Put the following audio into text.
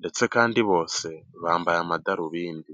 ndetse kandi bose bambaye amadarubindi.